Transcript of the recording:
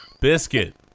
Biscuit